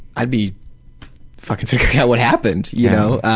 i'd be fucking figuring out what happened, you know?